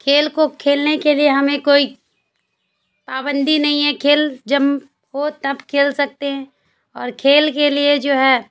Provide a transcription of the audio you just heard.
کھیل کو کھیلنے کے لیے ہمیں کوئی پابندی نہیں ہے کھیل جب ہو تب کھیل سکتے ہیں اور کھیل کے لیے جو ہے